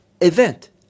event